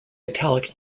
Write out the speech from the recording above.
italic